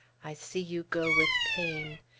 i see you go with pain!